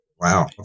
wow